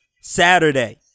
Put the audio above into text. Saturday